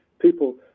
People